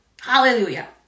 Hallelujah